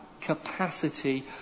capacity